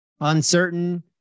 uncertain